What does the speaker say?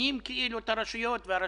מממנים כאילו את הרשויות והרשויות